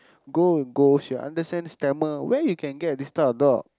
go go she understands Tamil where you can get this type of dog